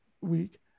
week